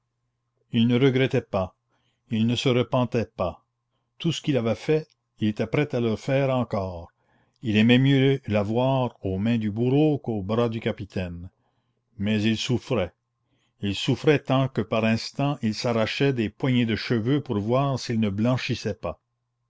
il ne regrettait pas il ne se repentait pas tout ce qu'il avait fait il était prêt à le faire encore il aimait mieux la voir aux mains du bourreau qu'aux bras du capitaine mais il souffrait il souffrait tant que par instants il s'arrachait des poignées de cheveux pour voir s'ils ne blanchissaient pas